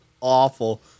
awful